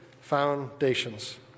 Foundations